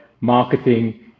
marketing